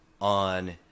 on